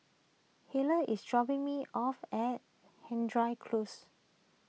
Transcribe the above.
Hale is dropping me off at Hendry Close